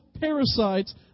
parasites